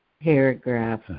Paragraph